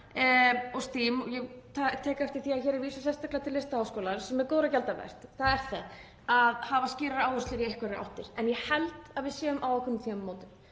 og STEAM þá tek ég eftir því að hér er vísað sérstaklega til Listaháskólans, sem er góðra gjalda vert, það er það, að hafa skýrar áherslur í einhverjar áttir en ég held að við séum á ákveðnum tímamótum.